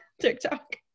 TikTok